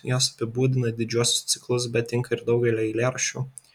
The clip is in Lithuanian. jos apibūdina didžiuosius ciklus bet tinka ir daugeliui eilėraščių